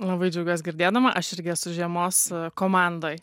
labai džiaugiuosi girdėdama aš irgi esu žiemos komandoj